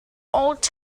old